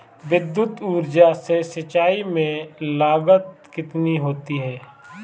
विद्युत ऊर्जा से सिंचाई में लागत कितनी होती है?